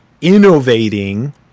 innovating